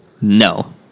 no